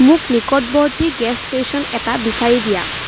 মোক নিকটৱৰ্তী gas station এটা বিচাৰি দিয়া